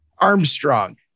Armstrong